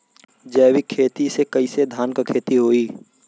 जैविक खेती से कईसे धान क खेती होई?